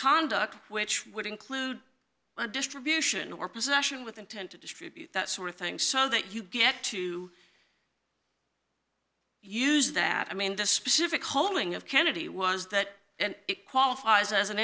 conduct which would include a distribution or possession with intent to distribute that sort of thing so that you get to use that i mean the specific holding of kennedy was that it qualifies as an